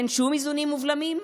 אין שום איזונים ובלמים?